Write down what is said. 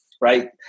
right